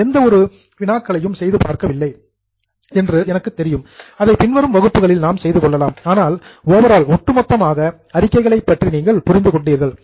நாம் எந்த ஒரு வினாக்களையும் செய்து பார்க்கவில்லை என்று எனக்குத் தெரியும் அதை பின்வரும் வகுப்புகளில் நாம் செய்து கொள்ளலாம் ஆனால் ஓவரால் ஒட்டுமொத்தமாக அறிக்கைகளை பற்றி நீங்கள் புரிந்து கொண்டீர்கள்